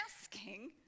asking